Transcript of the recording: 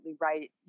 right